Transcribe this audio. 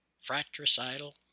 fratricidal